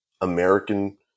American